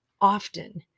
Often